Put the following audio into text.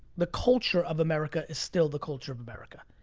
the culture of america is still the culture of america.